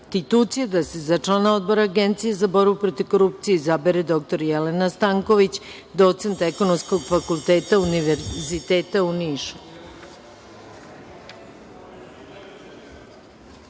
predlog DRI da se za člana Odbora Agencije za borbu protiv korupcije izabere dr Jelena Stanković docent Ekonomskog fakulteta Univerziteta u